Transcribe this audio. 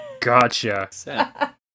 Gotcha